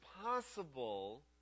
possible